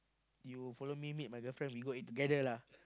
you follow me meet my girlfriend we go eat together lah